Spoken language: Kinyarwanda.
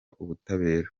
ubutabera